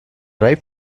ripe